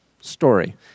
story